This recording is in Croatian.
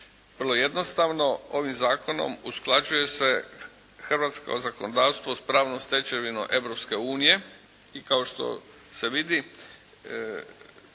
vrlo jednostavno ovim zakonom usklađuje se hrvatsko zakonodavstvo s pravnom stečevinom Europske unije i kao što se vidi